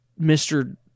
Mr